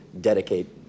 dedicate